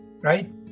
right